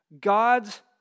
God's